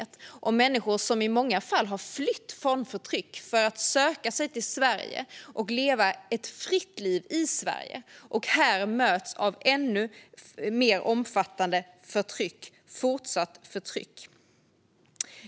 Det handlar om människor som i många fall har flytt från förtryck och som har sökt sig till Sverige för att leva ett fritt liv här. Och här möts de av fortsatt och ännu mer omfattande förtryck.